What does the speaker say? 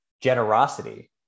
generosity